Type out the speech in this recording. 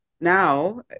now